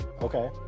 okay